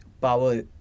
power